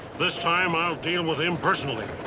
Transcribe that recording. this time i'll deal with him personally.